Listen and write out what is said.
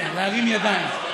להרים ידיים.